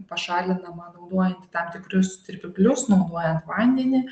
pašalinama naudojant tam tikrus tirpiklius naudojant vandenį